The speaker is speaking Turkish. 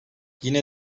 yine